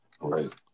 Right